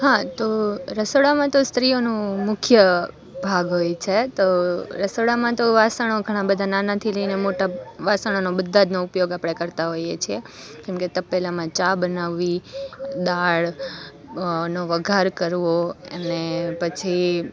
હા તો રસોડામાં તો સ્ત્રીઓનું મુખ્ય ભાગ હોય છે તો રસોડામાં તો વાસણો ઘણાં બધાં નાનાથી લઈને મોટા વાસણોનો બધાંજનો ઉપયોગ આપણે કરતાં હોઈએ છીએ જેમકે તપેલામાં ચા બનાવવી દાળ નો વઘાર કરવો અને પછી